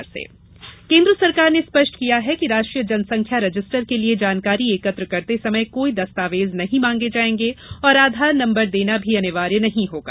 Lok Sabha NRC केन्द्र सरकार ने स्पष्ट किया है कि राष्ट्रीय जनसंख्या रजिस्टर के लिए जानकारी एकत्र करते समय कोई दस्तावेज नहीं मांगे जाएंगे और आधार नम्बर देना भी अनिवार्य नहीं होगा